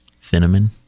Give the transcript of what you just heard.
Cinnamon